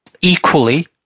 equally